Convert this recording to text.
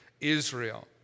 Israel